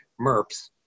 MERPs